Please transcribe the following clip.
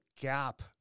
gap